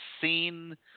seen